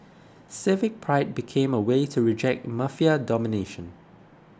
civic pride became a way to reject Mafia domination